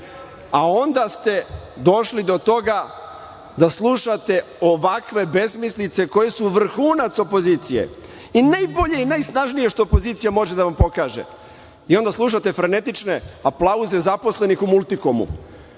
a onda ste došli do toga da slušate ovakve besmislice koje su vrhunac opozicije. I najbolje i najsnažnije što opozicija može da vam pokaže i onda slušate franetične aplauze zaposlenih u Multikomu. Znate,